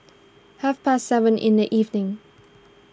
half past seven in the evening